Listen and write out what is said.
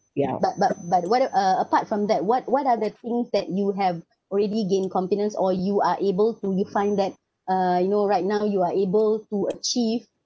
but but but what ab~ uh apart from that what what are the things that you have already gain confidence or you are able to define that uh you know right now you are able to achieve